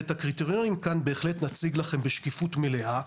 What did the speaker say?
ואת הקריטריונים בהחלט נציג לכם כאן בשקיפות מלאה,